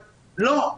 לא,